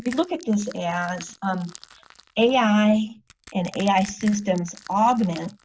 look at this as um ai and ai systems augment,